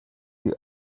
the